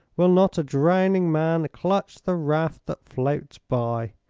will not a drowning man clutch the raft that floats by?